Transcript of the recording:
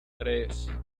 tres